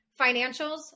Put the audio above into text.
financials